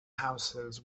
houses